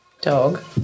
Dog